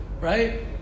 Right